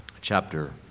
chapter